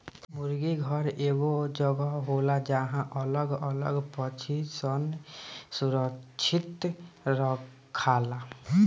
मुर्गी घर एगो जगह होला जहां अलग अलग पक्षी सन के सुरक्षित रखाला